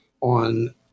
on